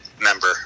member